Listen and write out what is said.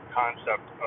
concept